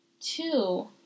Two